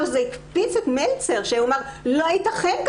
זה הקפיץ את השופט מלצר שאמר שלא יתכן דבר